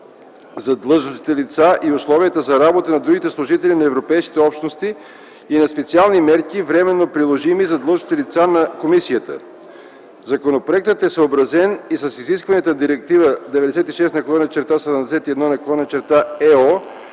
за длъжностните лица и условията за работа на другите служители на Европейските общности и на специални мерки, временно приложими за длъжностните лица на Комисията. Законопроектът е съобразен и с изискванията на Директива 96/71/ЕО на Европейския парламент